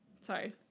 Sorry